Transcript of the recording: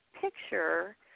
picture –